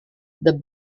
the